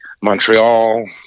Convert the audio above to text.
montreal